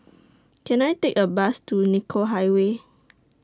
Can I Take A Bus to Nicoll Highway